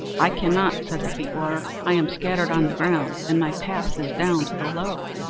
i cannot, said the feet-water i am scattered on the ground, and my path is down to the lough.